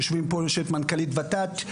יושבים פה מנכ"לית ות"ת,